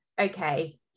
okay